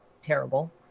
terrible